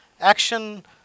action